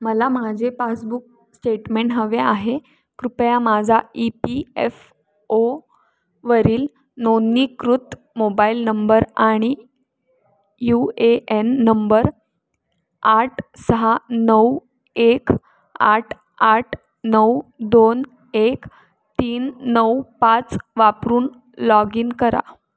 मला माझे passbook statement हवे आहे कृपया माझा ई पी एफ ओ वरील नोंदणीकृत मोबाईल नंबर आणि यू ए एन नंबर आठ सहा नऊ एक आट आठ नऊ दोन एक तीन नऊ पाच वापरून लॉग इन करा